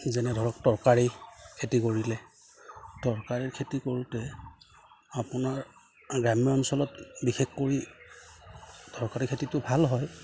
যেনে ধৰক তৰকাৰী খেতি কৰিলে তৰকাৰীৰ খেতি কৰোঁতে আপোনাৰ গ্ৰাম্য অঞ্চলত বিশেষ কৰি তৰকাৰী খেতিটো ভাল হয়